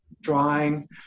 drawing